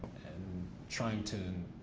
and trying to